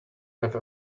have